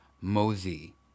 Mosey